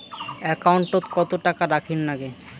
একাউন্টত কত টাকা রাখীর নাগে?